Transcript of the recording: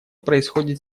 происходит